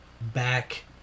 back